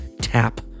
tap